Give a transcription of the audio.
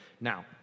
Now